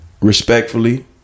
respectfully